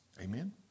Amen